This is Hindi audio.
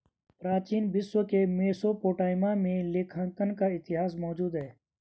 प्राचीन विश्व के मेसोपोटामिया में लेखांकन का इतिहास मौजूद है